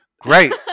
great